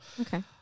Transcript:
okay